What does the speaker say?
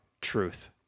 truth